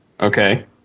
Okay